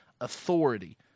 authority